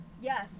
Yes